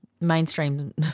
mainstream